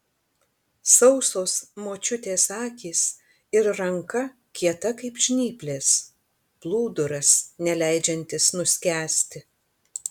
sausos močiutės akys ir ranka kieta kaip žnyplės plūduras neleidžiantis nuskęsti